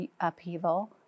upheaval